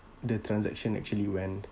the transaction actually went